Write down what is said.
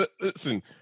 Listen